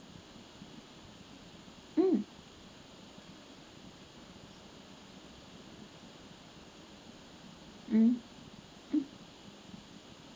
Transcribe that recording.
mm mm mm